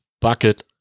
Bucket